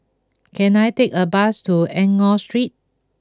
can I take a bus to Enggor Street